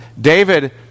David